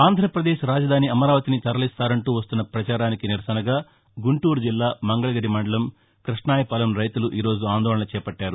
ఆంధ్రాపదేశ్ రాజధాని అమరావతిని తరలిస్తారంటూ వస్తున్న పచారానికి నిరసనగా గుంటూరు జిల్లా మంగకగిరి మండలం కృష్ణాయపాలెం రైతులు ఈరోజు ఆందోళన చేపట్టారు